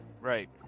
Right